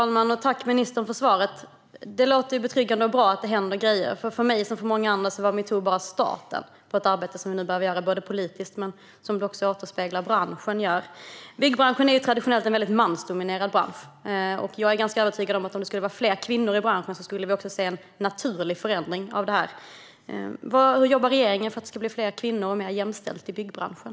Herr talman! Det låter betryggande och bra att det händer grejer. För mig och många andra var metoo nämligen bara starten på ett arbete som vi nu behöver göra både politiskt och inom branschen. Byggbranschen är traditionellt en väldigt mansdominerad bransch, och jag är ganska övertygad om att vi skulle se en naturlig förändring av detta om det fanns fler kvinnor i branschen. Hur jobbar regeringen för att det ska bli fler kvinnor och mer jämställt i byggbranschen?